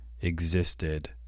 existed